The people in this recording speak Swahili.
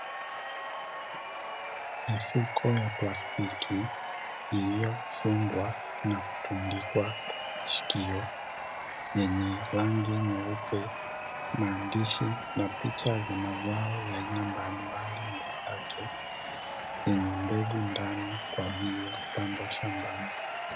Mifuko ya plastiki iliyofungwa na kutundikwa kwenye vishikio yenye rangi nyeupe, maandishi na picha za mazao ya aina mbalimbali mbele yake, yenye mbegu ndani kwa ajili ya kupandwa shambani.